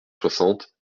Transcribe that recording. soixante